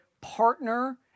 partner